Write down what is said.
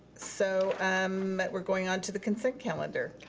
so um we're going on to the consent calendar.